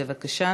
בבקשה.